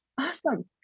Awesome